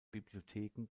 bibliotheken